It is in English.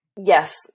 yes